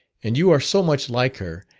and you are so much like her,